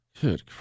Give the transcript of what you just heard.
Good